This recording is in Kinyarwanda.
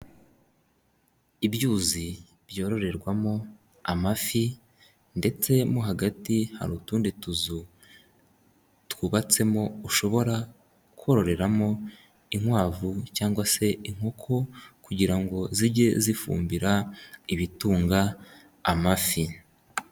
Ibyuzi byororerwamo amafi, ndetse mo hagati hari utundi tuzu twubatsemo, ushobora kororeramo inkwavu cyangwa se inkoko, kugira ngo zijye zifumbira ibitunga amafi.